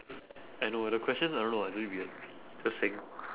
I know ah the questions I don't know ah is it weird just saying